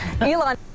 Elon